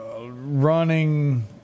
running